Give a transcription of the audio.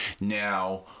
Now